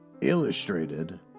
Illustrated